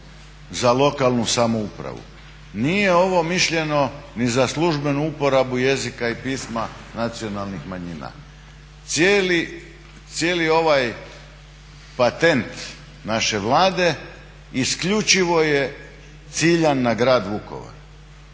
za lokalnu samoupravu, nije ovo mišljeno ni za službenu uporabu jezika i pisma nacionalnih manjina. Cijeli, cijeli ovaj patent naše Vlade isključivo je ciljan na grad Vukovar.